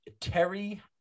Terry